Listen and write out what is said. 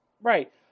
right